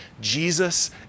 Jesus